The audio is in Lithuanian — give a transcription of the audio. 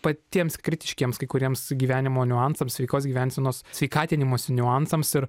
patiems kritiškiems kai kuriems gyvenimo niuansams sveikos gyvensenos sveikatinimosi niuansams ir